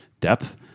depth